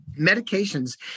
medications